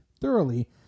thoroughly